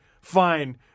fine